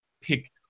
pick